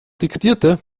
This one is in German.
diktierte